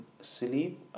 sleep